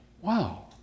Wow